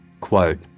Quote